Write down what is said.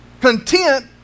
content